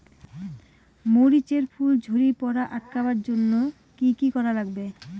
মরিচ এর ফুল ঝড়ি পড়া আটকাবার জইন্যে কি কি করা লাগবে?